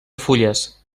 fulles